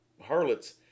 harlots